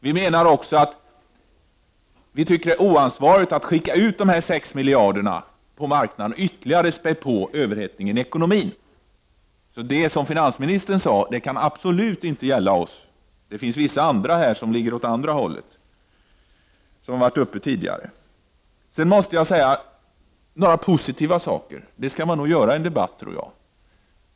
Vi anser också att det är oansvarigt att skicka ut dessa 6 miljarder på marknaden och ytterligare spä på överhettningen i ekonomin. Det finansministern sade på den punkten kan absolut inte gälla oss. Men det finns ju de som går åt det andra hållet och som varit uppe tidigare i den här debatten. Sedan vill jag också säga någonting positivt. Det tycker jag att man också bör göra i en debatt.